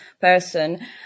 person